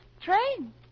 Train